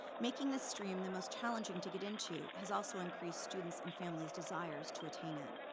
making this stream the most challenging to get into has also increased students' and families' desires to attain it.